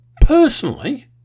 Personally